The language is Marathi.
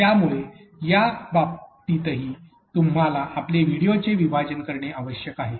त्यामुळे या बाबतीतही तुम्हाला आपले व्हिडिओचे विभाजन करणे आवश्यक आहे